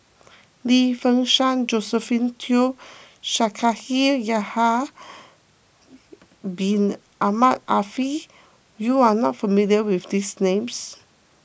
Lim Fei Shen Josephine Teo Shaikh Yahya Bin Ahmed Afifi you are not familiar with these names